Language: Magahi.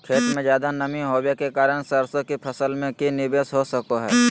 खेत में ज्यादा नमी होबे के कारण सरसों की फसल में की निवेस हो सको हय?